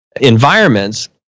environments